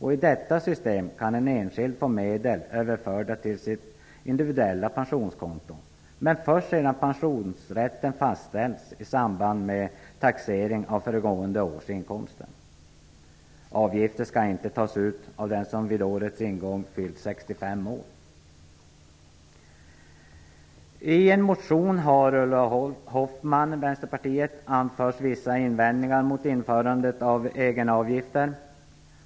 I detta system kan en enskild få medel överförda till sitt individuella pensionskonto, men först sedan pensionsrätten fastställts i samband med taxering av föregående års inkomster. Avgifter skall inte tas ut av den som vid årets ingång fyllt 65 år. I en motion har Ulla Hoffmann, Vänsterpartiet, anfört vissa invändningar mot införandet av egenavgifter.